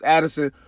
Addison